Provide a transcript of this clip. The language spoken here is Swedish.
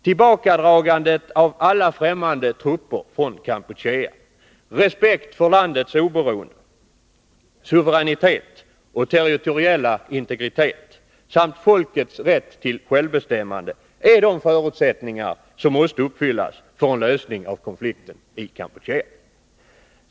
Tillbakadragande av alla främmande trupper från Kampuchea samt respekt för landets oberoende, suveränitet och territoriella integritet och folkets rätt till självbestämmande är de förutsättningar som måste uppfyllas för en lösning av konflikten i Kampuchea.